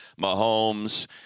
Mahomes